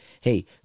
Hey